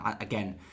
again